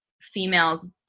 females